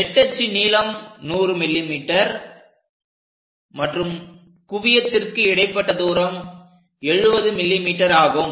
நெட்டச்சு நீளம் 100 mm மற்றும் குவியத்திற்கு இடைப்பட்ட தூரம் 70 mm ஆகும்